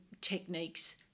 techniques